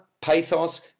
pathos